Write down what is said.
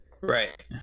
right